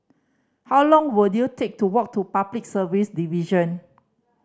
how long will you take to walk to Public Service Division